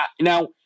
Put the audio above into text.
now